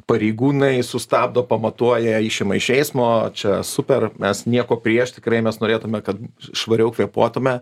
pareigūnai sustabdo pamatuoja išima iš eismo čia super mes nieko prieš tikrai mes norėtume kad švariau kvėpuotumėme